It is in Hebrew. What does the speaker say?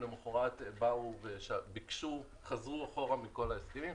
למחרת באו וחזרו אחורה מכל ההסכמים.